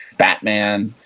batman,